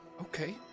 Okay